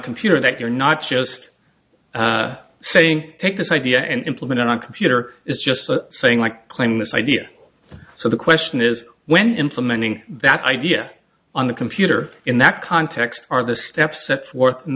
computer that you're not just saying take this idea and implement it on computer is just saying like claiming this idea so the question is when implementing that idea on the computer in that context are the steps set forth